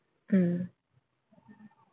mm